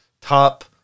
top